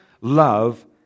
love